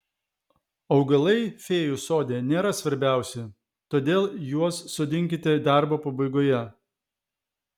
augalai fėjų sode nėra svarbiausi todėl juos sodinkite darbo pabaigoje